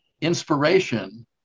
inspiration